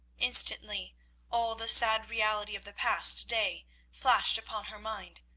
instantly all the sad reality of the past day flashed upon her mind,